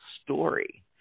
story